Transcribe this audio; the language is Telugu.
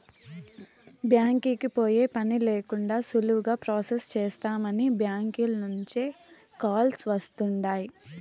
బ్యాంకీకి పోయే పనే లేకండా సులువుగా ప్రొసెస్ చేస్తామని బ్యాంకీల నుంచే కాల్స్ వస్తుండాయ్